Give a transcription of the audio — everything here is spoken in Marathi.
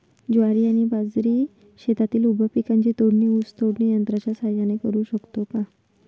ज्वारी आणि बाजरी या शेतातील उभ्या पिकांची तोडणी ऊस तोडणी यंत्राच्या सहाय्याने करु शकतो का?